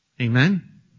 Amen